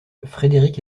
frédéric